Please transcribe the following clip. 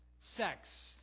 Sex